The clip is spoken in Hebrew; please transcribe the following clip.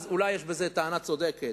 אז אולי יש בזה טענה צודקת.